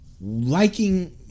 liking